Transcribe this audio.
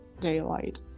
daylight